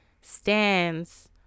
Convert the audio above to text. stands